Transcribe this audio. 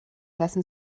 lassen